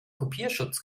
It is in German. kopierschutz